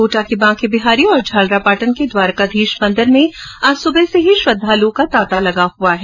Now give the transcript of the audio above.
कोटा के बांके बिहारी और झालरापाटन के द्वारिकाधीश मंदिर में आज सुबह से ही श्रद्धालुओं का तांता लगा हुआ है